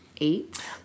eight